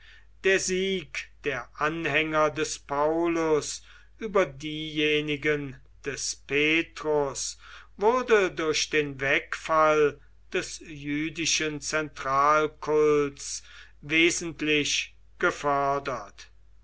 der sieg der anhänger des paulus über diejenigen des petrus wurde durch den wegfall des jüdischen zentralkults wesentlich gefördert